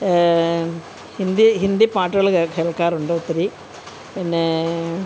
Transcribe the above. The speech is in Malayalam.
ഹിന്ദി ഹിന്ദി പാട്ടുകൾ കേൾക്കാറുണ്ട് ഒത്തിരി പിന്നെ